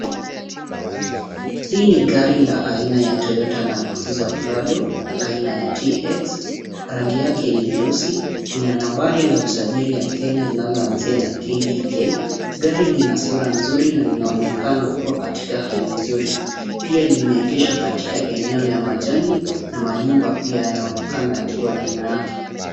Hii ni gari la aina ya Toyota Land Cruiser Prado aina ya TX. Rangi yake ni nyeusi. Ina nambari la usajili ya Kenya linaloanzia na KDK. Gari lina sura nzuri na linaonekana kuwa katika hali nzuri. Pia limeegeshwa katika eneo ya majani na manyumba pia yanaonekana yakiwa nyuma yake.